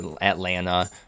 Atlanta